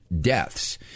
deaths